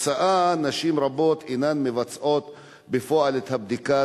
כתוצאה מכך נשים רבות אינן מבצעות בפועל את הבדיקה,